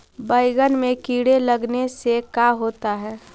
बैंगन में कीड़े लगने से का होता है?